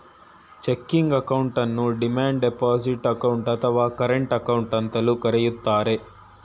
checking ಅಕೌಂಟನ್ನು demand deposit account, ಅಥವಾ current account ಅಂತಲೂ ಕರಿತರೆ